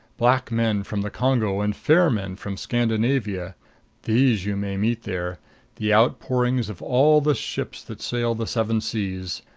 black men from the congo and fair men from scandinavia these you may meet there the outpourings of all the ships that sail the seven seas.